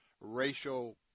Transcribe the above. racial